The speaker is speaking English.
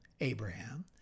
Abraham